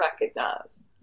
recognize